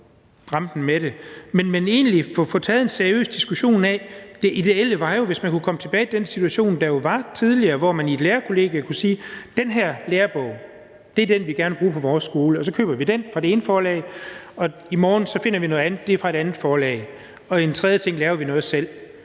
rampen med det. Men der er egentlig brug for få taget en seriøs diskussion af det, og det ideelle var jo, hvis man kunne komme tilbage til den situation, der var tidligere, hvor man i et lærerkollegium kunne sige: Den her lærebog er den, vi gerne vil bruge på vores skole, og så køber vi den fra det ene forlag, og i morgen finder vi noget andet fra et andet forlag. Og som den tredje ting laver vi noget selv.